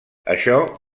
això